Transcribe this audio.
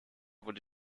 wurde